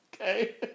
Okay